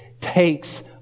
takes